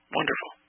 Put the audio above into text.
wonderful